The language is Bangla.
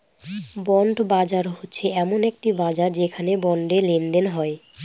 বন্ড বাজার হচ্ছে এমন একটি বাজার যেখানে বন্ডে লেনদেন হয়